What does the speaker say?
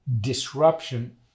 disruption